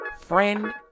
friend